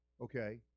Okay